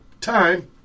Time